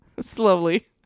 slowly